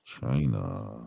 China